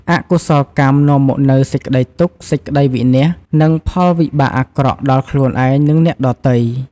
អកុសលកម្មនាំមកនូវសេចក្តីទុក្ខ សេចក្តីវិនាស និងផលវិបាកអាក្រក់ដល់ខ្លួនឯង និងអ្នកដទៃ។